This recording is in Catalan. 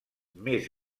més